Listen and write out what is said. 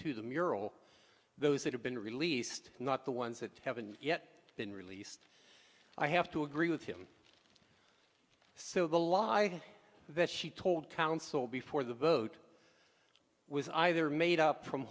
to the mural those that have been released not the ones that haven't yet been released i have to agree with him so the lie that she told counsel before the vote was either made up from